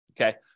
okay